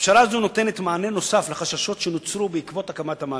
הפשרה הזו נותנת מענה נוסף לחששות שנוצרו בעקבות הקמת המאגר.